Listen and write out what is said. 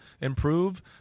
improve